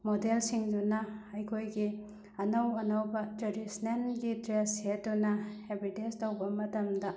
ꯃꯣꯗꯦꯜꯁꯤꯡꯗꯨꯅ ꯑꯩꯈꯣꯏꯒꯤ ꯑꯅꯧ ꯑꯅꯧꯕ ꯇ꯭ꯔꯦꯗꯤꯁꯟꯅꯦꯜꯇꯤ ꯗ꯭ꯔꯦꯁ ꯁꯦꯠꯇꯨꯅ ꯑꯦꯗꯕꯔꯇꯤꯁ ꯇꯧꯕ ꯃꯇꯝꯗ